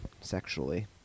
sexually